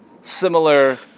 similar